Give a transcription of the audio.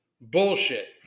bullshit